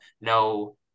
no